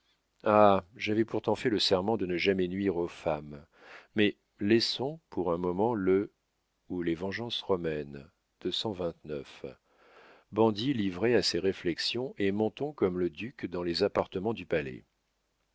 ah j'avais pourtant fait le serment de ne jamais nuire aux femmes mais laissons pour un moment le ou les vengeances romaines livré à ses réflexions et montons comme le duc dans les appartements du palais